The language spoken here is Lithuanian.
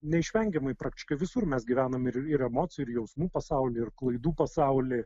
neišvengiamai praktiškai visur mes gyvenam ir emocijų ir jausmų pasauly ir klaidų pasauly